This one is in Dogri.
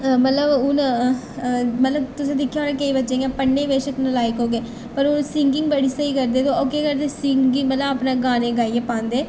मतलब हून मतलब तुसें दिक्खेआ होना केईं बच्चे गी इ'यां पढ़ने च बेशक्क नलाइक होगे पर ओह् सिंगिंग बड़ी स्हेई करदे ते ओह् केह् करदे सिंगिंग मतलब अपने गाने गाइयै पांदे